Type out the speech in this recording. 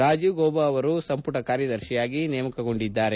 ರಾಜೀವ್ ಗೌಭ ಅವರು ಸಂಪುಟ ಕಾರ್ಯದರ್ಶಿಯಾಗಿ ನೇಮಕಗೊಂಡಿದ್ದಾರೆ